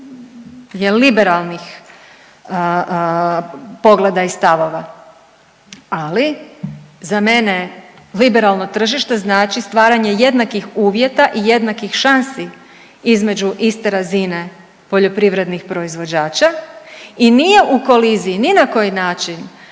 liberalnih pogleda i stavova, ali za mene liberalno tržište znači stvaranje jednakih uvjeta i jednakih šansi između iste razine poljoprivrednih proizvođača i nije u koliziji ni na koji način